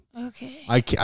Okay